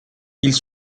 ils